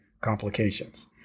complications